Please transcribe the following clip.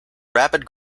rapid